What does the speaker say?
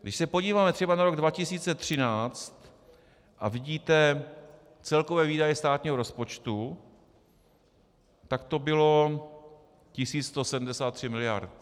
Když se podíváme třeba na rok 2013 a vidíte celkové výdaje státního rozpočtu, tak to bylo 1 173 miliard.